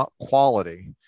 quality